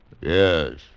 Yes